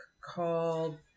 called